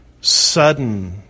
sudden